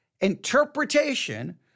interpretation